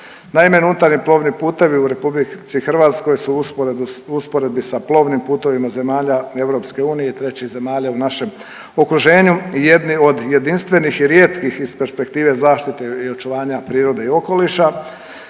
Naime, unutarnji plovni putevi u RH su usporedbi s plovnim putovima zemalja EU i trećih zemalja u našem okruženju jedni od jedinstvenih i rijetkih iz perspektive zaštite i očuvanja prirode i okoliša.